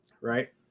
Right